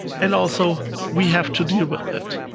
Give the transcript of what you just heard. and also we have to deal with it.